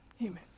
Amen